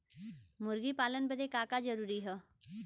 मुर्गी पालन बदे का का जरूरी ह?